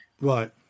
Right